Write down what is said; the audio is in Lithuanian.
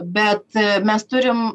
bet mes turim